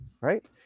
right